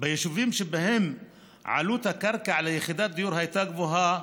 ביישובים שבהם עלות הקרקע ליחידת דיור הייתה גבוהה,